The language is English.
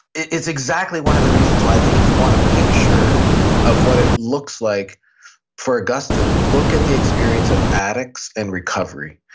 it's exactly one of the reasons why i think if you want a picture of what it looks like for augustine look at the experience of addicts and recovery.